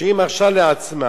שהיא מרשה לעצמה,